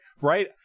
right